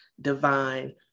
divine